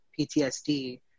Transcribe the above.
PTSD